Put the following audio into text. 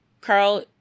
Carl